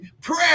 prayer